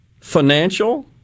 financial